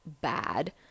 bad